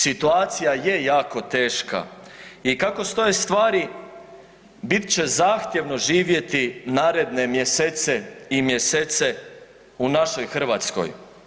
Situacija je jako teška i kako stoje stvari bit će zahtjevno živjeti naredne mjesece i mjesece u našoj Hrvatskoj.